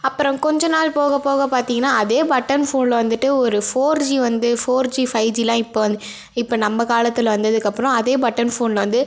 அப்புறம் கொஞ்சம் நாள் போக போக பார்த்தீங்கன்னா அதே பட்டன் ஃபோனில் வந்துட்டு ஒரு ஃபோர் ஜி வந்து ஃபோர் ஜி ஃபைவ் ஜிலாம் இப்போ வந்து இப்போ நம்ம காலத்தில் வந்ததுக்கப்புறம் அதே பட்டன் ஃபோனில் வந்து